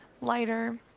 lighter